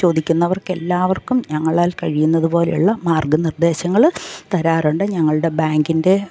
ചോദിക്കുന്നവർക്ക് എല്ലാവർക്കും ഞങ്ങളാൽ കഴിയുന്നത് പോലെയുള്ള മാർഗ്ഗനിർദ്ദേശങ്ങൾ തരാറുണ്ട് ഞങ്ങളുടെ ബാങ്കിൻ്റെ